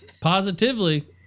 Positively